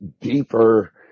deeper